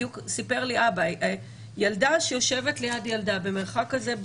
בדיוק סיפר לי אבא שילדה שיושבת ליד ילדה במרחק כזה,